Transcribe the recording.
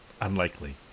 unlikely